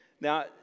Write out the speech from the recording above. Now